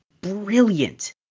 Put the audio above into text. brilliant